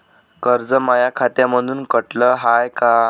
कर्ज माया खात्यामंधून कटलं हाय का?